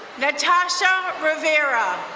natasha rivera.